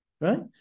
right